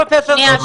פרופ' גרוטו,